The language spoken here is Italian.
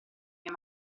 mia